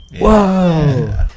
Whoa